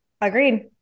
Agreed